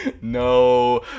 No